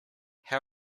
how